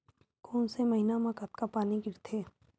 कोन से महीना म कतका पानी गिरथे?